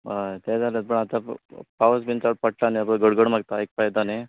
हय तें जालेंच पूण आता पूण पावस बीन चड पडटा नी हो पळय गड गड मारता आयकापाक येता नी